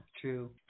true